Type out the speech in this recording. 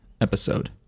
episode